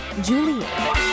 Julia